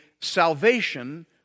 salvation